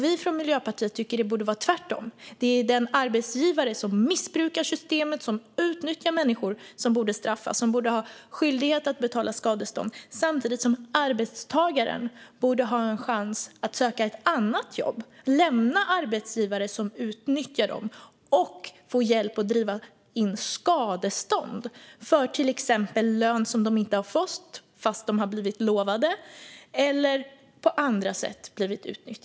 Vi i Miljöpartiet tycker att det borde vara tvärtom; det är den arbetsgivare som missbrukar systemet och utnyttjar människor som borde straffas. Arbetsgivare borde ha skyldighet att betala skadestånd samtidigt som arbetstagare borde få chans att söka ett annat jobb och lämna arbetsgivare som utnyttjat dem. Arbetstagare borde också få hjälp att driva in skadestånd för till exempel utlovad lön som de inte har fått eller om de blivit utnyttjade på andra sätt.